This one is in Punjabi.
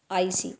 ਆਈ ਸੀ